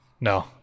No